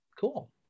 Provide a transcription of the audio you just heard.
Cool